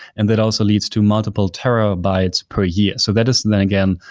and that also leads to multiple terabytes per year. so that is then, again,